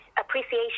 appreciation